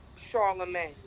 Charlemagne